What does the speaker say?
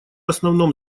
основном